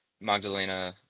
Magdalena